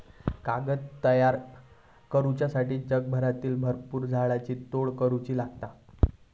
कागद तयार करुच्यासाठी जगभरातल्या भरपुर झाडांची तोड करुची लागता